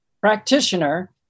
practitioner